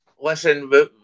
Listen